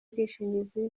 bwishingizi